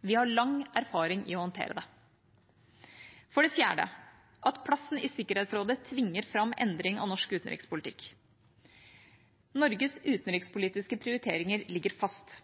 Vi har lang erfaring i å håndtere det. For det fjerde, at plassen i Sikkerhetsrådet tvinger fram endring av norsk utenrikspolitikk: Norges utenrikspolitiske prioriteringer ligger fast.